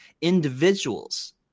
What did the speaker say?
individuals